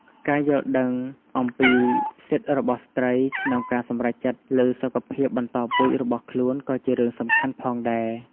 ការយល់ដឹងអំពីសិទ្ធិរបស់ស្ត្រីក្នុងការសម្រេចចិត្តលើសុខភាពបន្តពូជរបស់ខ្លួនក៏ជារឿងសំខាន់ផងដែរ។